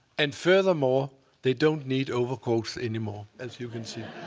and furthermore, they don't need overcoats anymore, as you can see.